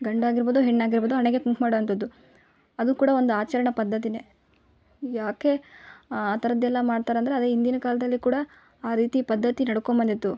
ಗಂಡಾಗಿರ್ಬೋದು ಹೆಣ್ಣಾಗಿರ್ಬೋದು ಹಣೆಗೆ ಕುಂಕುಮ ಇಡೋವಂಥದ್ದು ಅದು ಕೂಡ ಒಂದು ಆಚರಣ ಪದ್ಧತಿನೇ ಯಾಕೆ ಆ ಥರದ್ದೆಲ್ಲ ಮಾಡ್ತಾರೆ ಅಂದರೆ ಅದೇ ಹಿಂದಿನ ಕಾಲದಲ್ಲಿ ಕೂಡ ಆ ರೀತಿ ಪದ್ಧತಿ ನಡ್ಕೊಂಡು ಬಂದಿತ್ತು